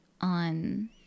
on